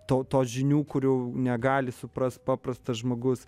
to tos žinių kurių negali suprast paprastas žmogus